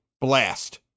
blast